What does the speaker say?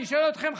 אני שואל אתכם,